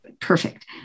perfect